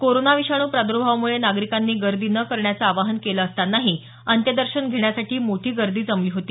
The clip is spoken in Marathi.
कोरोना विषाणू प्राद्र्भावामुळे नागरिकांनी गर्दी न करण्याचं आवाहन केलं असतानाही अंत्यदर्शन घेण्यासाठी मोठी गर्दी जमली होती